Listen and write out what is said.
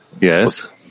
Yes